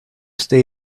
stay